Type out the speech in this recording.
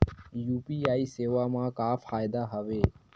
UPI सेवा मा का फ़ायदा हवे?